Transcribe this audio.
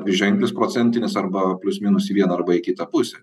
dviženklis procentinis arba plius minus į vieną arba į kitą pusę